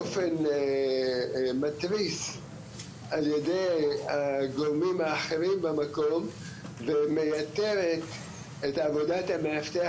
באופן מתריס על ידי הגורמים האחרים במקום ומייתרת את עבודת המאבטח